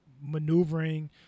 maneuvering